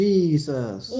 Jesus